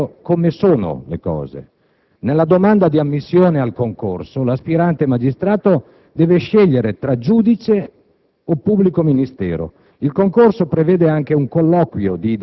la separazione delle funzioni prima di questo decreto? L'aspirante magistrato, dopo un anno di tirocinio da uditore, partecipava al concorso per entrare in magistratura